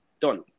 Done